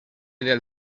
del